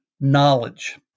knowledge